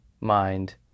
mind